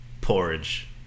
Porridge